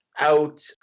out